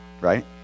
right